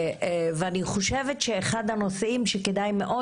אני חושבת שאחד הנושאים שכדאי מאוד